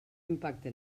impacte